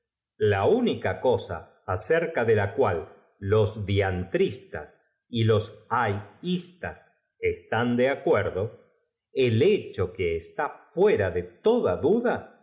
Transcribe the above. la única cosa acerca de la cual los diantritas y los a t isias están do acuerdo el hecho que está fuera de toda duda